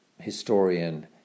historian